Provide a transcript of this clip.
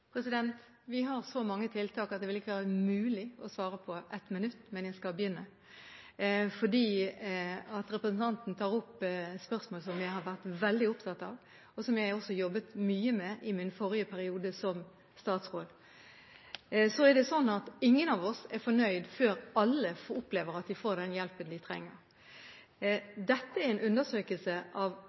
Vi har så mange tiltak at det ville ikke være mulig å svare på ett minutt, men jeg skal begynne, for representanten tar opp spørsmål som jeg har vært veldig opptatt av, og som jeg også jobbet mye med i min forrige periode som statsråd. Det er slik at ingen av oss er fornøyd før alle opplever at de får den hjelpen de trenger. Dette er en undersøkelse av